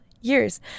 years